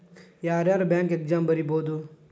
ಯಾರ್ಯಾರ್ bank exam ಬರಿಬೋದು